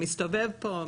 מסתובב פה,